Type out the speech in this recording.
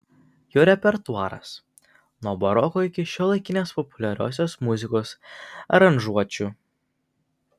jo repertuaras nuo baroko iki šiuolaikinės populiariosios muzikos aranžuočių